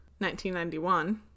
1991